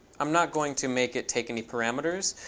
i'm not going to make it take any parameters,